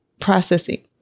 processing